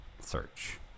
search